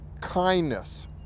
kindness